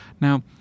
Now